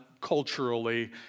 culturally